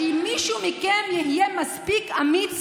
שמישהו מכם יהיה מספיק אמיץ